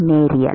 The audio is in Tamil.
நேரியல்